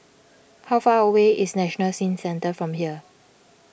how far away is National Skin Centre from here